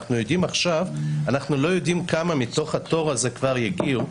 אנחנו לא יודעים כמה מתוך התור הזה כבר הגיעו.